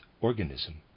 organism